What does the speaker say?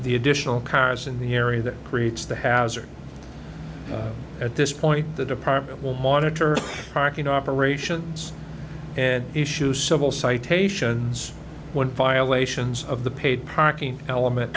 the additional cars in the area that creates the hazard at this point the department will monitor parking operations and issue civil citations when violations of the paid parking element